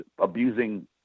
abusing